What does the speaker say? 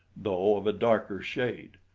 though of a darker shade.